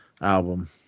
album